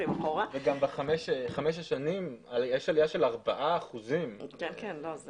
בחמש שנים יש עלייה של 4%. אנחנו